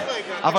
תקשיב רגע, תקשיב.